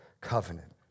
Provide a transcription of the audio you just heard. covenant